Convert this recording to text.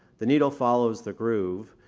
the needle follows the groove,